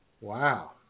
Wow